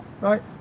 Right